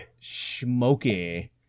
Smoky